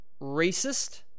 racist